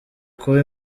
kuba